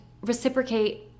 reciprocate